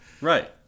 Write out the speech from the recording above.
Right